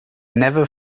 never